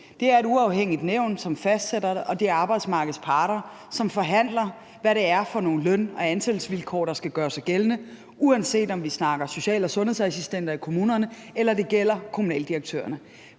Det er et uafhængigt nævn, som fastsætter det, og det er arbejdsmarkedets parter, som forhandler, hvad det er for nogle løn- og ansættelsesvilkår, der skal gøre sig gældende, uanset om vi snakker om social- og sundhedsassistenter i kommunerne eller det gælder kommunaldirektørerne.